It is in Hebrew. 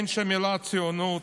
אין שם מילה על ציונות,